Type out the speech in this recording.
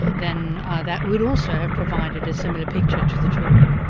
then that would also have provided a similar picture to the jury.